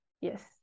yes